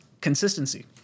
consistency